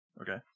Okay